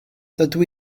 dydw